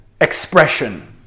expression